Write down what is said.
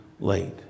late